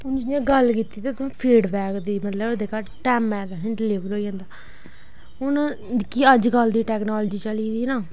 हून जि'यां गल्ल कीती ते तुहें फीडबैक दी मतलब जेह्का टैमा दा तुहेंगी डलीवर होई जंदा हून जेह्की अजकल दी टैकनोलोजी चली दी ना